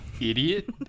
idiot